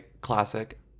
Classic